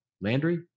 landry